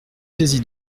saisi